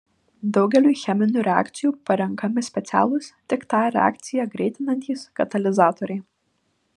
daugeliui cheminių reakcijų parenkami specialūs tik tą reakciją greitinantys katalizatoriai